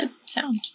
Sound